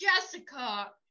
Jessica